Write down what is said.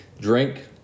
drink